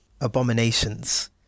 abominations